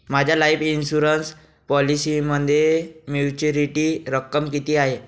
माझ्या life insurance पॉलिसीमध्ये maturity रक्कम किती आहे?